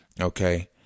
okay